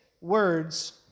words